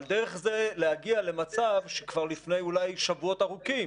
אבל דרך זה להגיע למצב שכבר לפני אולי שבועות ארוכים